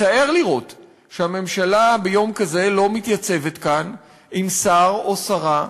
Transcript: מצער לראות שהממשלה ביום כזה לא מתייצבת כאן עם שר או שרה.